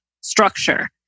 structure